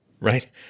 Right